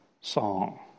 song